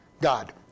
God